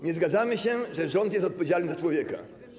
Nie zgadzamy się, że rząd jest odpowiedzialny za człowieka.